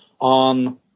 on